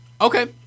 Okay